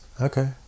Okay